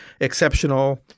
exceptional –